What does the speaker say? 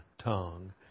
tongue